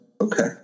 okay